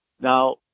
Now